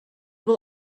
will